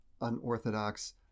unorthodox